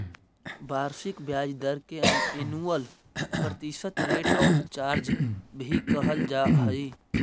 वार्षिक ब्याज दर के एनुअल प्रतिशत रेट ऑफ चार्ज भी कहल जा हई